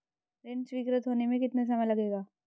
ऋण स्वीकृत होने में कितना समय लगेगा?